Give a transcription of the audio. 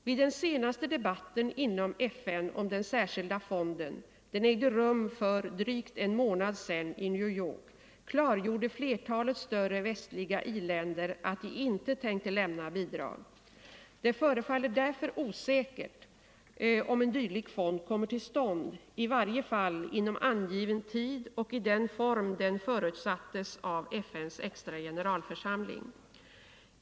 Vid den senaste debatten inom FN om den särskilda fonden — den ägde rum för drygt en månad sedan i New York — klargjorde flertalet större västliga i-länder att de inte tänkte lämna bidrag. Det förefaller därför osäkert om en dylik fond kommer till stånd, i varje fall inom angiven tid och i den form den förutsattes av FN:s extra generalförsamling.